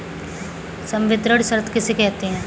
संवितरण शर्त किसे कहते हैं?